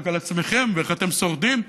רק על עצמכם ואיך אתם שורדים,